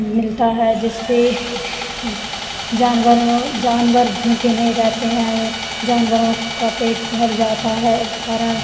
मिलता है जिससे जानवरों जानवर भूखे नहीं रहते हैं जानवरों का पेट भर जाता है इस कारण